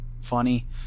funny